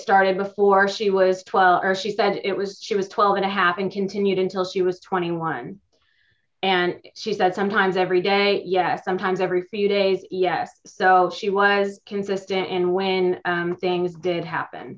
started before she was twelve she says it was she was twelve and a half and continued until she was twenty one and she said sometimes every day yes sometimes every few days so she was consistent and when things did happen